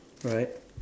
alright